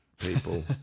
people